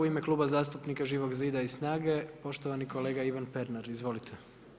U ime Kluba zastupnika Živog zida i SNAGA-e, poštovani kolega Ivan Pernar, izvolite.